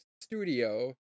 studio